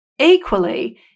Equally